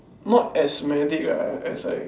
not as medic ah as like